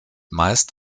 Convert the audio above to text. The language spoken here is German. meist